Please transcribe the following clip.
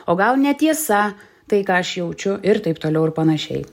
o gal netiesa tai ką aš jaučiu ir taip toliau ir panašiai